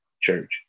church